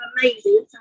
amazing